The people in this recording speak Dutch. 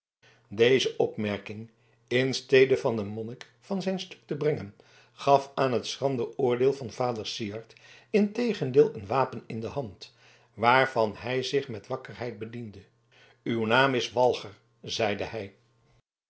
deze opmerking in stede van den monnik van zijn stuk te brengen gaf aan het schrander oordeel van vader syard integendeel een wapen in de hand waarvan hij zich met wakkerheid bediende uw naam is walger zeide hij